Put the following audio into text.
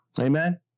Amen